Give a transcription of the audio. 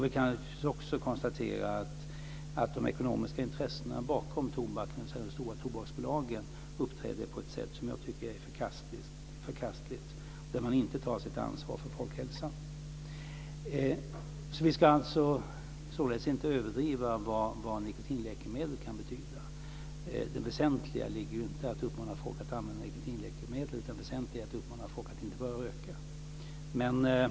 Vi kan också konstatera att de ekonomiska intressena bakom tobaken, de stora tobaksbolagen, uppträder på ett sätt som jag tycker är förkastligt och inte tar sitt ansvar för folkhälsan. Vi ska således inte överdriva vad nikotinläkemedel kan betyda. Det väsentliga ligger inte i att uppmana folk att använda nikotinläkemedel, utan det väsentliga är att uppmana folk att inte börja röka.